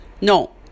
No